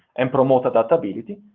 and promote adaptability.